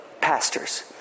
pastors